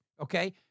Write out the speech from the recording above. okay